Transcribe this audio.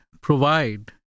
provide